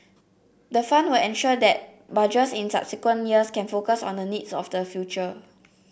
the fund will ensure that Budgets in subsequent years can focus on the needs of the future